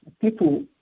people